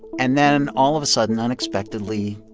and then all of a sudden unexpectedly